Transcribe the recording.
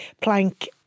plank